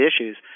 issues